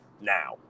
now